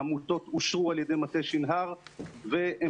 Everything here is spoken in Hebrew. העמותות אושרו על ידי מטה שנהר והן